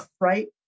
right